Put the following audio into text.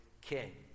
king